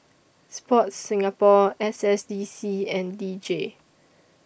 Sports Singapore S S D C and D J